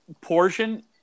portion